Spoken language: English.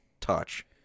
touch